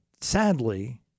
Sadly